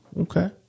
Okay